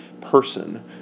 person